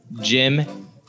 Jim